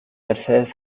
mercedes